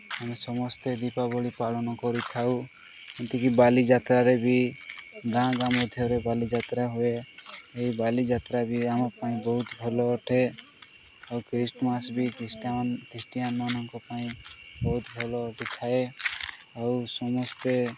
ଆମେ ସମସ୍ତେ ଦୀପାବଳି ପାଳନ କରିଥାଉ ଯେମିତିକି ବାଲିଯାତ୍ରାରେ ବି ଗାଁ ଗାଁ ମଧ୍ୟରେ ବାଲିଯାତ୍ରା ହୁଏ ଏହି ବାଲିଯାତ୍ରା ବି ଆମ ପାଇଁ ବହୁତ ଭଲ ଅଟେ ଆଉ ଖ୍ରୀଷ୍ଟ୍ମାସ୍ ବି ଖ୍ରୀଷ୍ଟଆନ୍ ଖ୍ରୀଷ୍ଟିଆନ୍ମାନଙ୍କ ପାଇଁ ବହୁତ ଭଲ ଘଟିଥାଏ ଆଉ ସମସ୍ତେ